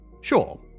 Sure